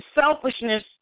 selfishness